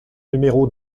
numéro